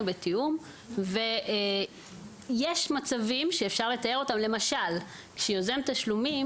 בתיאום ויש מצבים שאפשר לתאר אותם כמו למשל שיוזם תשלומים